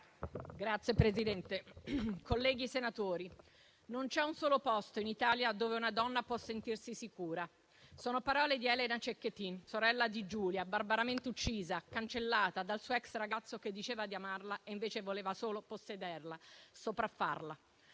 Signor Presidente, colleghi senatori, non c'è un solo posto in Italia dove una donna può sentirsi sicura. Sono parole di Elena Cecchettin, sorella di Giulia, barbaramente uccisa, cancellata dal suo ex ragazzo, che diceva di amarla e invece voleva solo possederla, sopraffarla;